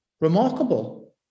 remarkable